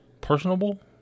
personable